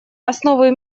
основы